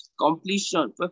Completion